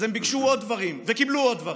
אז הם ביקשו עוד דברים וקיבלו עוד דברים.